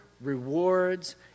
rewards